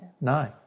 No